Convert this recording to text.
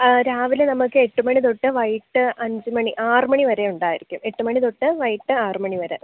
ആ രാവിലെ നമുക്ക് എട്ടു മണി തൊട്ട് വൈകിട്ട് അഞ്ചുമണി ആറുമണി വരെ ഉണ്ടായിരിക്കും എട്ടുമണി തൊട്ട് വൈകിട്ട് ആറുമണി വരെ